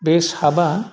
बे साबा